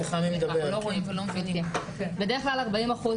40 אחוז